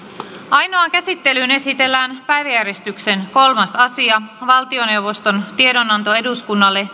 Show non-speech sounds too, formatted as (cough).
ainoaan käsittelyyn esitellään päiväjärjestyksen kolmas asia valtioneuvoston tiedonanto eduskunnalle (unintelligible)